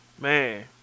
Man